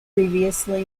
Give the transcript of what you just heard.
previously